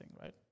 right